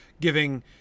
giving